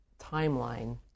timeline